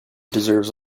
deserves